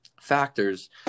factors